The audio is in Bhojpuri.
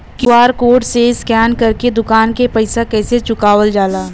क्यू.आर कोड से स्कैन कर के दुकान के पैसा कैसे चुकावल जाला?